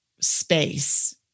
space